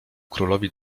królowi